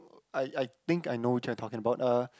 I I think I know which one you are talking about uh